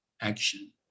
action